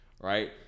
right